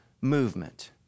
movement